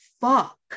fuck